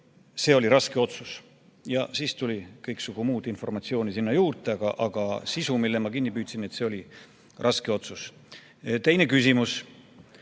see oli raske otsus. Ja siis tuli kõiksugu muud informatsiooni sinna juurde, aga sisu, mille ma kinni püüdsin, oli, et see oli raske otsus. Teine küsimus: